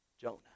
Jonah